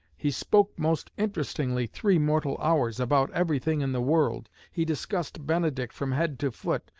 he spoke most interestingly three mortal hours, about everything in the world. he discussed benedict from head to foot,